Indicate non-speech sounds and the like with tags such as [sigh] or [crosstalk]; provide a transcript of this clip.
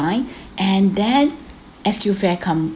[breath] and then S_Q fare come